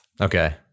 Okay